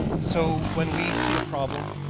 so, when we see a problem,